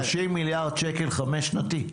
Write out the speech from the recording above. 30 מיליארד שקל חמש-שנתי.